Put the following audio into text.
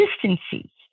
consistency